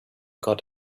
got